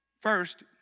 First